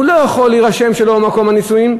הוא לא יכול להירשם שלא במקום המגורים.